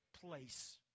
place